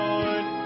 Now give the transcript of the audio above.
Lord